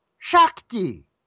Shakti